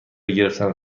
گرفتن